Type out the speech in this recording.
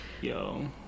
Yo